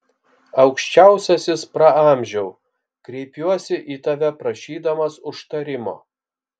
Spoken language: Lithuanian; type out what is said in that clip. aukščiausiasis praamžiau kreipiuosi į tave prašydamas užtarimo